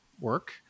work